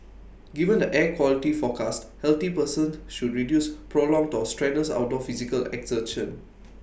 given the air quality forecast healthy persons should reduce prolonged or strenuous outdoor physical exertion